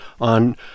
on